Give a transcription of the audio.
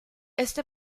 este